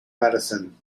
medicine